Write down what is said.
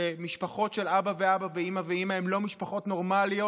שמשפחות של אבא ואבא ואימא ואימא הן לא משפחות נורמליות,